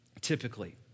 typically